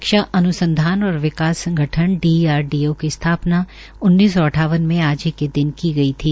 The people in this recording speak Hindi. रक्षा अन्संधान और विकास संगठन डीआरडीओ का स्थापना उन्नीस सौ अट्ठावन में आज ही के दिन की गई थी